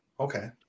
Okay